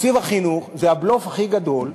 תקציב החינוך זה הבלוף הכי גדול,